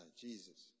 Jesus